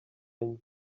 enye